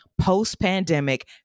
post-pandemic